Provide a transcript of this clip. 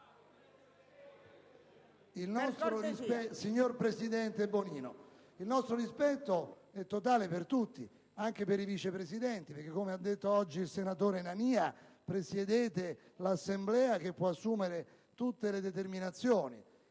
il nostro rispetto è totale per tutti, anche per i Vice Presidenti, perché, come ha detto oggi il senatore Nania, voi presiedete un'Assemblea che può assumere tutte le determinazioni.